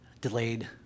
delayed